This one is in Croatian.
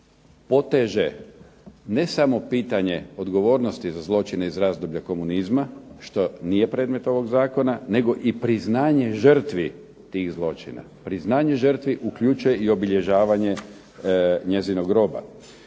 poteže ne samo pitanje odgovornosti za zločine iz razdoblja komunizma što nije predmet ovog zakona, nego i priznanje žrtvi tih zločina, priznanje žrtvi uključuje i obilježavanje njezinog groba.